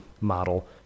model